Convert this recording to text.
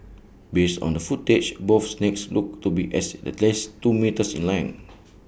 based on the footage both snakes looked to be as at least two metres in length